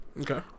okay